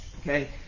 okay